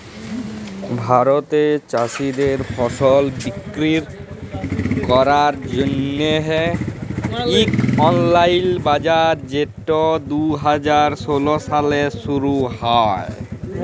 ভারতে চাষীদের ফসল বিক্কিরি ক্যরার জ্যনহে ইক অললাইল বাজার যেট দু হাজার ষোল সালে শুরু হ্যয়